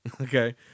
Okay